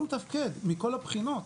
והוא לא מתפקד מכול הבחינות.